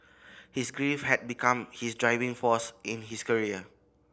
his grief had become his driving force in his career